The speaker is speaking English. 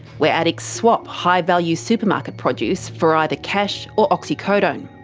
where addicts swap high value supermarket produce for either cash or oxycodone.